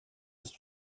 ist